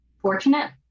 fortunate